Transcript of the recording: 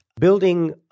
Building